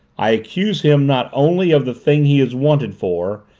i accuse him not only of the thing he is wanted for,